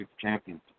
Champions